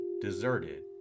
deserted